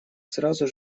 сразу